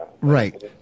right